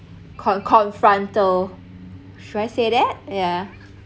con~ confrontal should I say that yeah